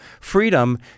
freedom